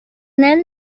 then